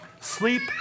sleep